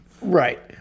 Right